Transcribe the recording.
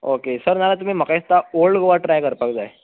okay sir ना जाल्यार म्हाका दिसता तुमी ओल्ड गोवा ट्राय करपाक जाय